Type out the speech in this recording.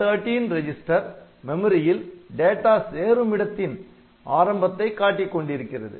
R13 register மெமரியில் data சேருமிடத்தின் ஆரம்பத்தைக்காட்டிக் கொண்டிருக்கிறது